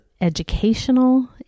educational